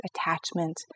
attachment